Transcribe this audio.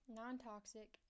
non-toxic